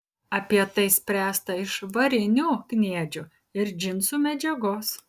apie tai spręsta iš varinių kniedžių ir džinsų medžiagos